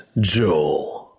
Joel